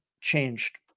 changed